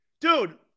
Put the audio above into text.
dude